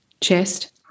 chest